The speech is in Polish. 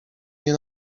nie